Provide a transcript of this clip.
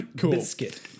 biscuit